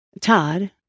Todd